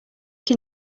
can